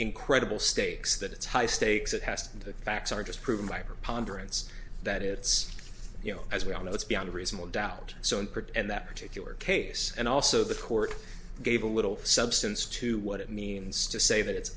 incredible stakes that it's high stakes it has and the facts are just proven by preponderance that it's you know as we all know that's beyond reasonable doubt so in part and that particular case and also the court gave a little substance to what it means to say that it's